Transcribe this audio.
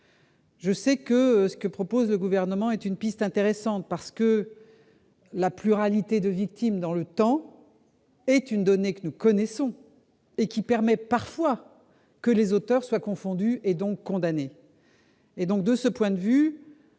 Je sais que la proposition du Gouvernement est une piste intéressante, car la pluralité de victimes dans le temps est une donnée que nous connaissons, permettant parfois que les auteurs soient confondus et, donc, condamnés.